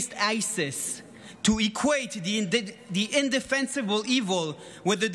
ISIS. To equate the indefensible evil with the